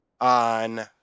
on